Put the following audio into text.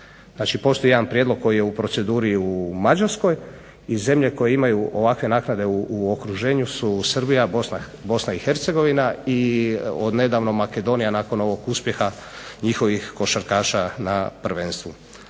Znači postoji jedan prijedlog koji je u proceduri u Mađarskoj i zemlje koje imaju ovakve naknade u okruženju su Srbija, BiH i odnedavno Makedonija odnedavnog uspjeha njihovih košarkaša na prvenstvu.